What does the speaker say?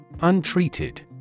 Untreated